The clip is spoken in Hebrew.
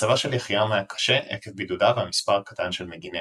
מצבה של יחיעם היה קשה עקב בידודה והמספר הקטן של מגיניה.